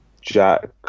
Jack